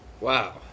Wow